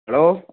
hello